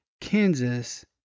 Kansas